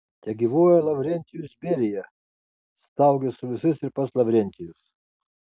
tegyvuoja lavrentijus berija staugė su visais ir pats lavrentijus